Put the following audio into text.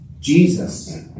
Jesus